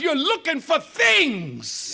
you're looking for things